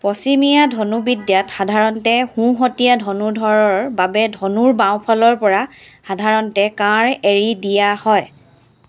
পশ্চিমীয়া ধনুৰ্বিদ্যাত সাধাৰণতে সোঁহতীয়া ধনুৰ্ধৰৰ বাবে ধনুৰ বাওঁফালৰ পৰা সাধাৰণতে কাঁড় এৰি দিয়া হয়